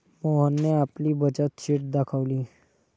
मोहनने आपली बचत शीट दाखवली